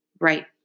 Right